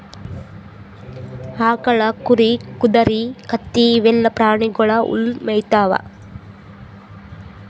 ಆಕಳ್, ಕುರಿ, ಕುದರಿ, ಕತ್ತಿ ಇವೆಲ್ಲಾ ಪ್ರಾಣಿಗೊಳ್ ಹುಲ್ಲ್ ಮೇಯ್ತಾವ್